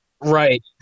right